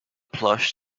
plush